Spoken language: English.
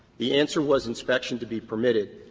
the answer was inspection to be permitted.